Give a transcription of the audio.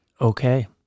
Okay